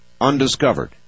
undiscovered